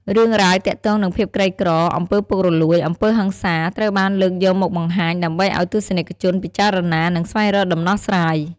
រឿងរ៉ាវទាក់ទងនឹងភាពក្រីក្រ អំពើពុករលួយ អំពើហិង្សា ត្រូវបានលើកយកមកបង្ហាញ ដើម្បីឱ្យទស្សនិកជនពិចារណា និងស្វែងរកដំណោះស្រាយ ។